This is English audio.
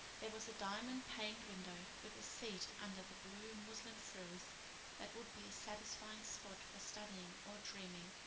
there was a diamond-paned window with a seat under the blue muslin frills that would be a satisfying spot for studying or dreaming.